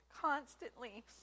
constantly